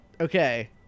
okay